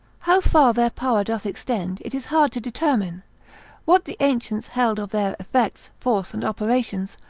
how far their power doth extend it is hard to determine what the ancients held of their effects, force and operations,